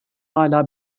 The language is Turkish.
hâlâ